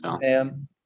Sam